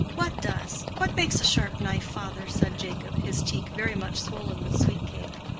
what does what makes a sharp knife, father? said jacob, his cheek very much swollen with sweet-cake.